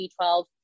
B12